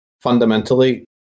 fundamentally